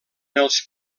els